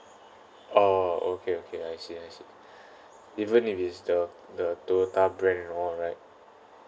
orh okay okay I see I see even if it's the the Toyota brand and all right